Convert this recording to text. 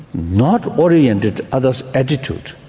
not oriented others' attitude.